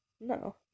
No